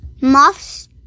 Moths